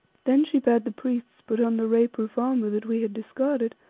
then she bade the priests put on the ray-proof armour that we had discarded,